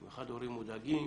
במיוחד הורים מודאגים,